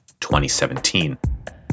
2017